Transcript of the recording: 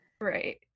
right